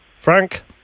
Frank